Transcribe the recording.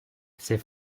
ces